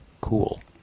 cool